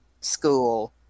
school